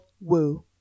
Woo